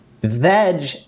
veg